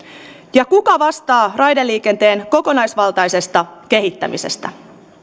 ja kuka vastaa raideliikenteen kokonaisvaltaisesta kehittämisestä